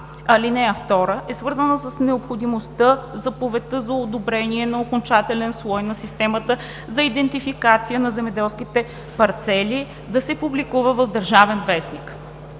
ал. 2 е свързана с необходимостта заповедта за одобрение на окончателен слой на Системата за идентификация на земеделските парцели да се публикува в „Държавен вестник“.